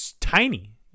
tiny